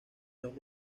los